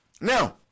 Now